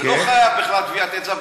ולא חייב בכלל טביעת אצבע,